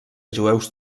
jueus